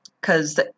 cause